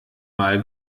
mal